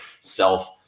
self